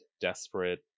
desperate